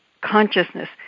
consciousness